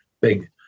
big